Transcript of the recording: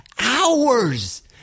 Hours